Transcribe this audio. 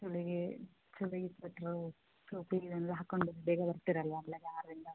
ಚಳಿಗೇ ಚಳಿಗೆ ಸ್ವೇಟ್ರೂ ಟೋಪಿ ಇದೆಲ್ಲ ಹಾಕೊಂಡು ಬಂದು ಬೇಗ ಬರ್ತಿರಲ್ಲವಾ ಬೆಳಗ್ಗೆ ಆರರಿಂದ